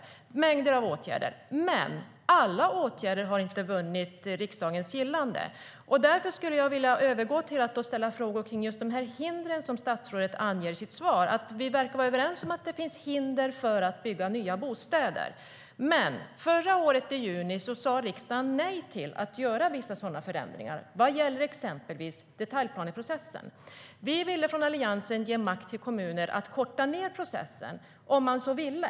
Förra året, i juni, sade riksdagen nej till att göra vissa förändringar i exempelvis detaljplaneprocessen. Vi i Alliansen ville ge kommunerna makt att korta ned processen om de så ville.